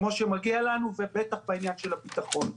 כמו שמגיע לנו, בטח בעניין של הביטחון.